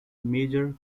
major